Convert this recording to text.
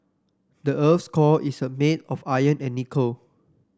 the earth's core is a made of iron and nickel